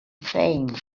thing